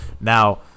now